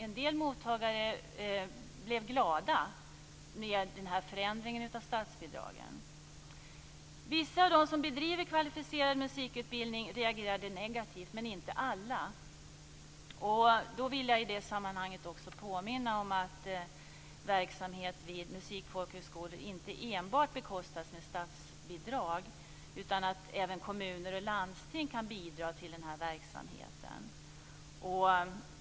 En del mottagare blev glada när fördelningen av statsbidragen förändrades. Vissa av dem som bedriver kvalificerad musikutbildning reagerade negativt, men inte alla. I det sammanhanget vill jag också påminna om att verksamhet vid musikfolkhögskolor inte enbart bekostas med statsbidrag, utan att även kommuner och landsting kan bidra till denna verksamhet.